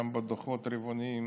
גם בדוחות הרבעוניים,